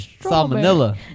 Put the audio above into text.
Salmonella